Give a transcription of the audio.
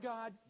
God